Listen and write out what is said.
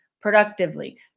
productively